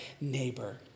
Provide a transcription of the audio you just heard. neighbor